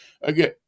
Again